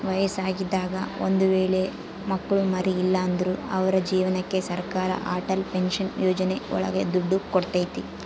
ವಯಸ್ಸಾಗಿದಾಗ ಒಂದ್ ವೇಳೆ ಮಕ್ಳು ಮರಿ ಇಲ್ಲ ಅಂದ್ರು ಅವ್ರ ಜೀವನಕ್ಕೆ ಸರಕಾರ ಅಟಲ್ ಪೆನ್ಶನ್ ಯೋಜನೆ ಒಳಗ ದುಡ್ಡು ಕೊಡ್ತೈತಿ